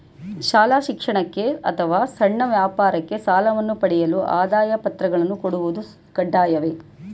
ಶಾಲಾ ಶಿಕ್ಷಣಕ್ಕೆ ಅಥವಾ ಸಣ್ಣ ವ್ಯಾಪಾರಕ್ಕೆ ಸಾಲವನ್ನು ಪಡೆಯಲು ಆದಾಯ ಪತ್ರಗಳನ್ನು ಕೊಡುವುದು ಕಡ್ಡಾಯವೇ?